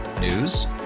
News